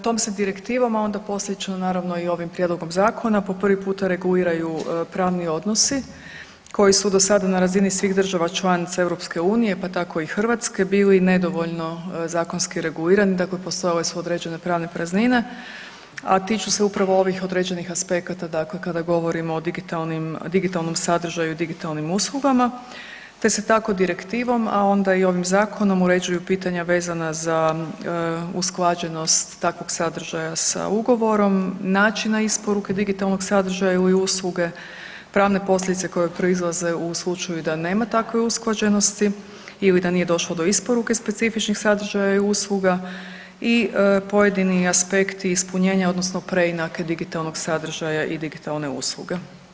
Tom se Direktivom, a onda posljedično, naravno i ovim prijedlogom zakona po prvi puta reguliraju pravni odnosi koji su do sada na razini svih država članica EU, pa tako i Hrvatske bili nedovoljno zakonski regulirani, dakle postojale su određene pravne praznine, a tiču se upravo ovih određenih aspekata, dakle kada govorimo o digitalnom sadržaju i digitalnim uslugama te se tako Direktivom, a onda i ovim zakonom uređuju pitanja vezana za usklađenost takvog sadržaja sa ugovorom, načina isporuke digitalnog sadržaja i usluge, pravne posljedice koje proizlaze u slučaju da nema takve usklađenosti ili da nije došlo do isporuke specifičnih sadržaja i usluga i pojedini aspekti i ispunjenja odnosno preinake digitalnog sadržaja i digitalne usluge.